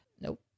Nope